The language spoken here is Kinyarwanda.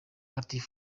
muri